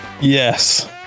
Yes